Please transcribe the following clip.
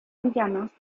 villanos